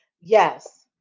Yes